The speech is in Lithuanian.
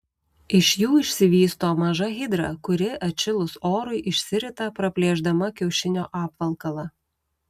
iš jų išsivysto maža hidra kuri atšilus orui išsirita praplėšdama kiaušinio apvalkalą